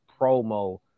promo